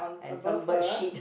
and some bird shit